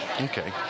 Okay